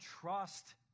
trust